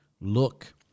look